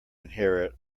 inherit